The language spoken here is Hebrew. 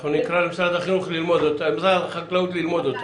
אנחנו נקרא למשרד החקלאות ללמוד אותה.